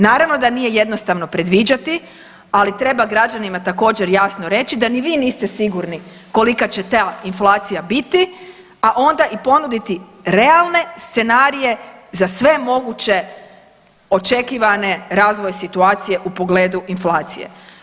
Naravno da nije jednostavno predviđati, ali treba građanima također, jasno reći da ni vi niste sigurni kolika će ta inflacija biti, a onda i ponuditi realne scenarije za sve moguće očekivane razvoje situacije u pogledu inflacije.